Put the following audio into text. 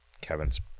Kevin's